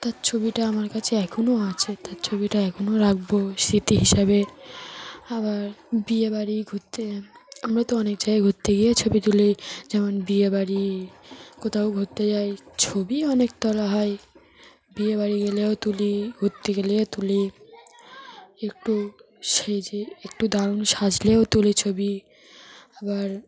তার ছবিটা আমার কাছে এখনও আছে তার ছবিটা এখনও রাখব স্মৃতি হিসাবে আবার বিয়েবাড়ি ঘুরতে আমরা তো অনেক জায়গায় ঘুরতে গিয়ে ছবি তুলি যেমন বিয়েবাড়ি কোথাও ঘুরতে যাই ছবি অনেক তোলা হয় বিয়েবাড়ি গেলেও তুলি ঘুরতে গেলে তুলি একটু সেই যে একটু দারুণ সাজলেও তুলি ছবি আবার